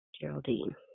Geraldine